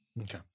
Okay